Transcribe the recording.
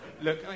Look